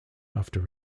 after